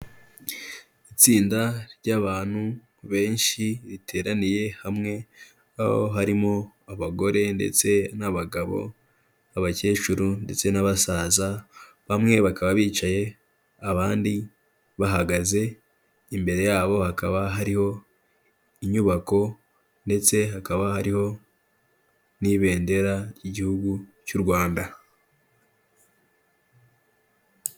Itsinda ry'abantu benshi, riteraniye hamwe, aho harimo abagore ndetse n'abagabo, abakecuru ndetse n'abasaza, bamwe bakaba bicaye abandi bahagaze, imbere yabo hakaba hariho inyubako, ndetse hakaba hariho n'ibendera, ry'igihugu cy'u Rwanda.